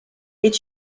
est